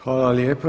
Hvala lijepo.